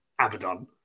Abaddon